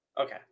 Okay